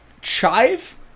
Chive